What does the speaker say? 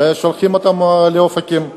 ושולחים אותם לאופקים,